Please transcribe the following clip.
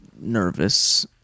nervous